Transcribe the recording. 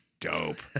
dope